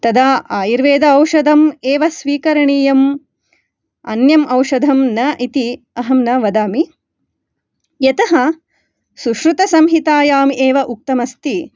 तदा आयुर्वेद औषधम् एव स्वीकरणीयम् अन्यम् औषधं न इति अहं न वदामि यतः सुश्रुतसंहिताम् एव उक्तमस्ति